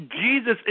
Jesus